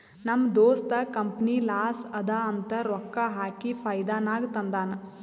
ನಮ್ ದೋಸ್ತ company loss ಅದಾ ಅಂತ ರೊಕ್ಕಾ ಹಾಕಿ ಫೈದಾ ನಾಗ್ ತಂದಾನ್